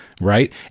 right